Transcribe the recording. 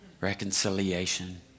reconciliation